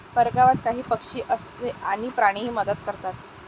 परगावात काही पक्षी आणि प्राणीही मदत करतात